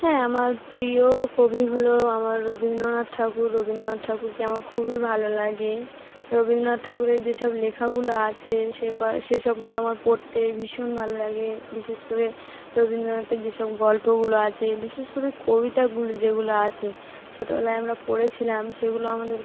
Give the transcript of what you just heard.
হ্যাঁ আমার প্রিয় কবি হলো আমার রবীন্দ্রনাথ ঠাকুর রবীন্দ্রনাথ ঠাকুরকে আমার খুবই ভালো লাগে রবীন্দ্রনাথ ঠাকুরের যেসব লেখাগুলো আছে সে সে সবগুলো আমার পড়তে ভীষণ ভালো লাগে বিশেষ করে রবীন্দ্রনাথের যেসব গল্পগুলো আছে বিশেষ করে কবিতাগুলো যেগুলো আছে ছোটোবেলায় আমরা পড়েছিলাম সেগুলো আমাদের